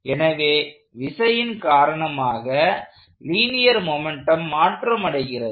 எனவே விசையின் காரணமாக லீனியர் மொமெண்ட்டும் மாற்றமடைகிறது